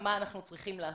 אלא מה אנחנו צריכים לעשות.